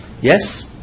Yes